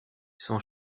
son